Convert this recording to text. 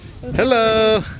Hello